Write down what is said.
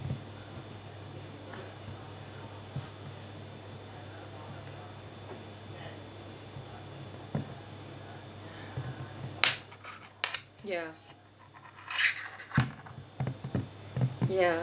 ya ya